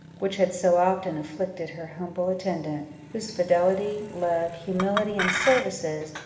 which had so often afflicted her humble attendant, whose fidelity, love, humility, and services,